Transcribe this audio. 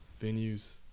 venues